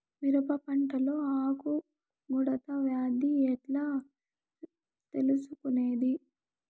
మిరప పంటలో ఆకు ముడత వ్యాధి ఎట్లా తెలుసుకొనేది?